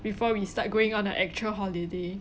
before we start going on an actual holiday